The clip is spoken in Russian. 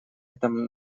этом